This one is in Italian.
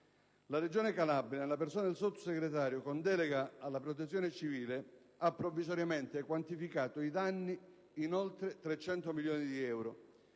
La Regione Calabria, interloquendo con il Sottosegretario con delega alla Protezione civile, ha provvisoriamente quantificato i danni in oltre 300 milioni di euro.